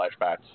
flashbacks